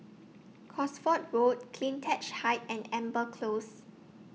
Cosford Road CleanTech Height and Amber Close